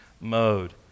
mode